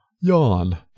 yawn